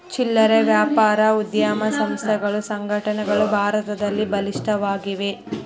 ಚಿಲ್ಲರೆ ವ್ಯಾಪಾರ ಉದ್ಯಮ ಸಂಸ್ಥೆಗಳು ಸಂಘಟನೆಗಳು ಭಾರತದಲ್ಲಿ ಬಲಿಷ್ಠವಾಗಿವೆ